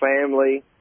family